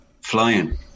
Flying